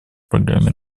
программе